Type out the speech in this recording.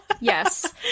yes